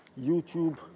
YouTube